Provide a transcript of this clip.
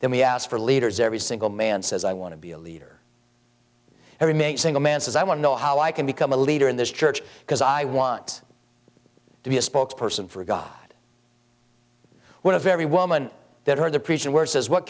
that he asked for leaders every single man says i want to be a leader and remain single man says i want to know how i can become a leader in this church because i want to be a spokesperson for god what if every woman that heard the preaching where says what